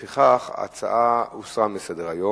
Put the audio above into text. אדוני סגן שר הביטחון, לפניך שאילתא מס'